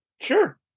Sure